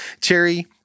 Cherry